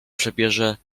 przebierze